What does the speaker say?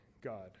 God